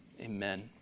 Amen